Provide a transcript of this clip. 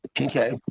okay